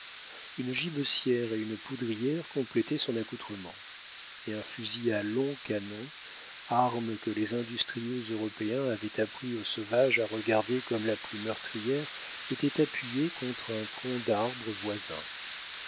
une gibecière et une poudrière complétaient son accoutrement et un fusil à long canon arme que les industrieux européens avaient appris aux sauvages à regarder comme la plus meurtrière était appuyé contre un tronc d'arbre voisin